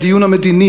הדיון המדיני,